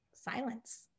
silence